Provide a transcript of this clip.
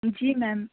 جی میم